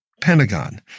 Pentagon